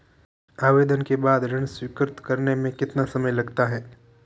आवेदन के बाद ऋण स्वीकृत करने में कितना समय लगता है?